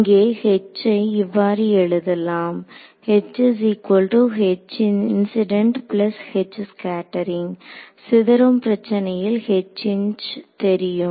இங்கே H ஐ இவ்வாறு எழுதலாம் சிதறும் பிரச்சனையில் தெரியும்